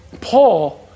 Paul